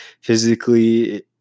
physically